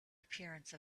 appearance